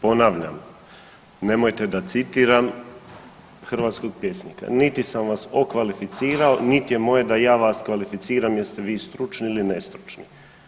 Ponavljam, nemojte da citiram hrvatskog pjesnika, niti sam vas okvalificirao, nit je moje da ja vas kvalificiram jeste vi stručni ili ne stručni.